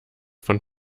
von